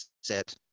set